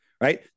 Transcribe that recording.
right